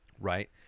right